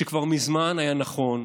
שכבר מזמן היה נכון,